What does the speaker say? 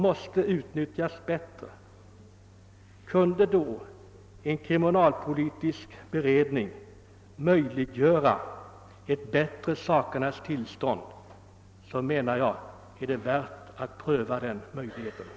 Om tillsättandet av en kriminalpolitisk beredning kunde medföra ett bättre sakernas tillstånd, menar jag att denna möjlighet är värd att pröva.